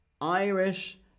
Irish